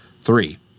three